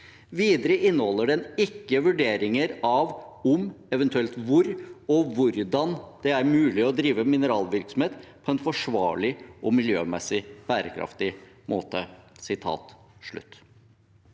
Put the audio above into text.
Videre inneholder den ikke vurderinger av om, eventuelt hvor og hvordan, det er mulig å drive mineralvirksomhet på en forsvarlig og miljømessig bærekraftig måte.»